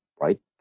right